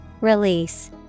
Release